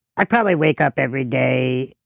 i probably wake up every day